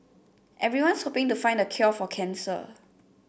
everyone's hoping to find the cure for cancer